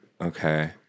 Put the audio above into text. Okay